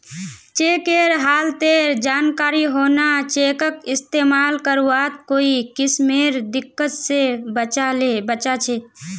चेकेर हालतेर जानकारी होना चेकक इस्तेमाल करवात कोई किस्मेर दिक्कत से बचा छे